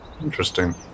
Interesting